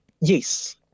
yes